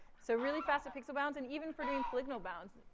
so really fast at pixel bounds and even for doing polygonal bounds.